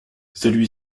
celui